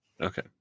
okay